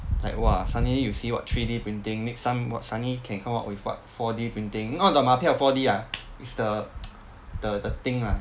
like !wah! suddenly you see what three D printing next time what suddenly can come up with what four D printing not the 马票 four D ah it's the the thing lah